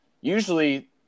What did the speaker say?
usually –